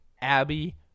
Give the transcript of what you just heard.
abby